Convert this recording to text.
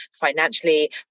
financially